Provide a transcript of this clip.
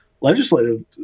legislative